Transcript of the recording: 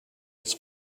its